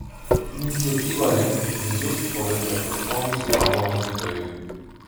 iniciatyvą rengti kvizus palaikė pastovūs pabo lankytojai